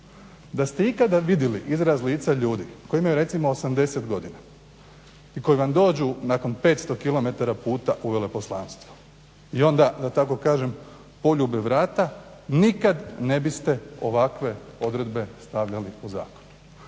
Da ste ikada vidjeli izraz lica ljudi koji imaju recimo 80 godina i koji vam dođu nakon 500 km puta u veleposlanstvo i onda da tako kažem poljube vrata nikad ne bite ovakve odredbe stavljali u zakon.